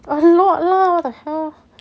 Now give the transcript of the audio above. a lot lah what the hell